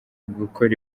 gukora